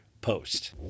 post